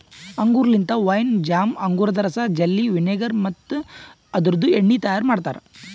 ಅಂಗೂರ್ ಲಿಂತ wine, jam, ಅಂಗೂರದ ರಸ, ಜೆಲ್ಲಿ, ವಿನೆಗರ್ ಮತ್ತ ಅದುರ್ದು ಎಣ್ಣಿ ತೈಯಾರ್ ಮಾಡ್ತಾರ